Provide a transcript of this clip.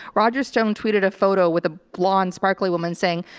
roger stone tweeted a photo with a blonde, sparkly woman saying,